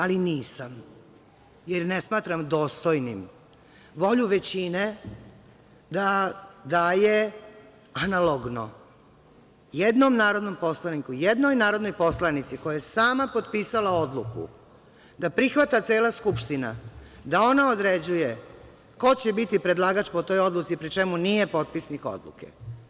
Ali, nisam, jer ne smatram dostojnim volju većine da daje analogno jednom narodnom poslaniku, jednoj narodnoj poslanici, koja je sama potpisala odluke, da prihvata cela Skupština da ona određuje ko će biti predlagač po toj odluci, pri čemu nije potpisnik odluke.